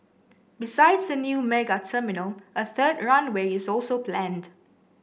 besides a new mega terminal a third runway is also planned